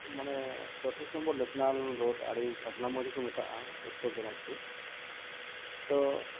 ᱢᱟᱱᱮ ᱪᱚᱸᱣᱛᱨᱤᱥ number national road ᱟᱲᱮ ᱠᱟᱫᱽᱞᱟᱢᱟᱨᱮ ᱠᱚ ᱢᱮᱛᱟᱜᱼᱟ ᱩᱛᱛᱚᱨᱫᱤᱱᱟᱡᱽᱯᱩᱨ ᱛᱚ